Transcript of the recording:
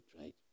right